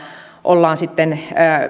ollaan sitten